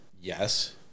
Yes